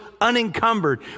unencumbered